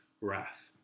wrath